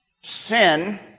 sin